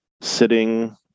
sitting